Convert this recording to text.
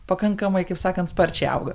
pakankamai kaip sakant sparčiai auga